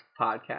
podcast